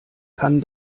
kann